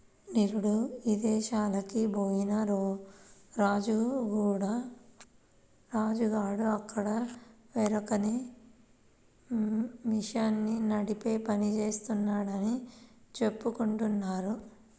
నిరుడు ఇదేశాలకి బొయ్యిన రాజు గాడు అక్కడ వరికోసే మిషన్ని నడిపే పని జేత్తన్నాడని చెప్పుకుంటున్నారు